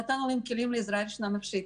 נתנו להם כלים לעזרה ראשונה נפשית,